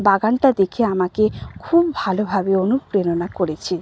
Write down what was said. বাগানটা দেখে আমাকে খুব ভালোভাবে অনুপ্রেরণা করেছে